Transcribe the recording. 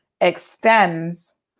extends